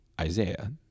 Isaiah